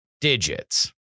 digits